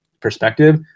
perspective